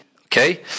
Okay